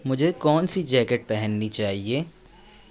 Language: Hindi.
मुझे कौनसी जैकेट पहननी चाहिए